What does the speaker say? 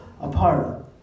apart